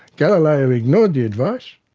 galileo ignored the advice,